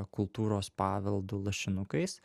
kultūros paveldu lašinukais